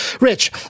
Rich